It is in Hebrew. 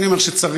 אני אומר שצריך,